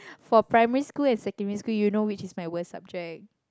for primary school and secondary school you know which is my worst subject